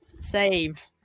Save